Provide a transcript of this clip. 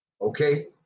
Okay